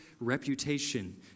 reputation